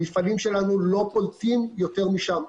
המפעלים שלנו לא פולטים יותר מאשר שם.